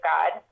God